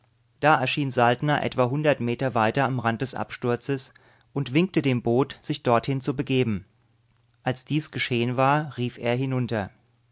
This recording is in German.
da erschien saltner etwa hundert meter weiter am rand des absturzes und winkte dem boot sich dorthin zu begeben als dies geschehen war rief er hinunter